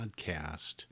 podcast